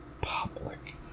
public